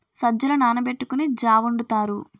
సజ్జలు నానబెట్టుకొని జా వొండుతారు